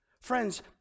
Friends